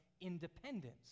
independence